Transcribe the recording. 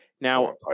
Now